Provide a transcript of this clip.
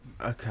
Okay